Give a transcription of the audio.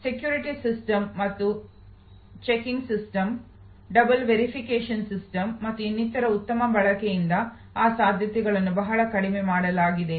securities systems ಮತ್ತು checking systems checkings systems double verification system ಮತ್ತು ಇನ್ನಿತರ ಉತ್ತಮ ಬಳಕೆಯಿಂದ ಆ ಸಾಧ್ಯತೆಗಳನ್ನು ಬಹಳವಾಗಿ ಕಡಿಮೆ ಮಾಡಲಾಗಿದೆ